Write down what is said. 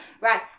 Right